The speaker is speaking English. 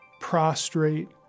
prostrate